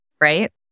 right